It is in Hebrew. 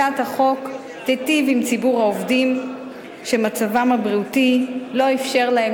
הצעת החוק תיטיב עם ציבור העובדים שמצבם הבריאותי לא אפשר להם